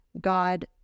God